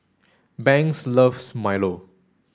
Banks loves Milo